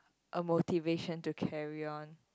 a motivation to carry on